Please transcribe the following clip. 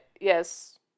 yes